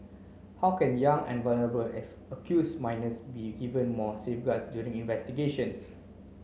how can Young and vulnerable accused minors be given more safeguards during investigations